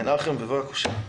מנחם אנסבכר, בבקשה.